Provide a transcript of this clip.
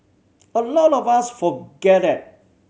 a lot of us forget that